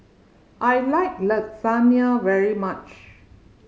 I like Lasagna very much